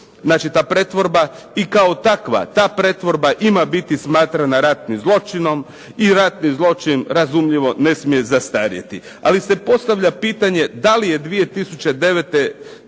ratu, ta pretvorba, i ona kao takva ta pretvorba ima biti smatrana ratnim zločinom, a ratni zločin razumljivo ne smije zastarjeti, ali se postavlja pitanje da li je 2009.,